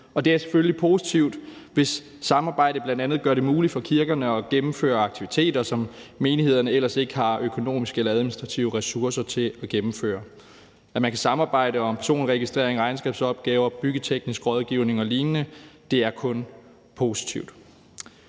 det er selvfølgelig positivt, hvis samarbejdet bl.a. gør det muligt for kirkerne at gennemføre aktiviteter, som menighederne ellers ikke har økonomiske eller administrative ressourcer til at gennemføre. At man kan samarbejde om personregistrering, regnskabsopgaver, byggeteknisk rådgivning og lignende, er kun positivt.